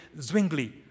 Zwingli